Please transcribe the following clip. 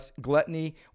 gluttony